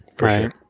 Right